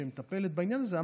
שמטפלת בעניין הזה,